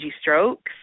Strokes